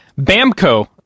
Bamco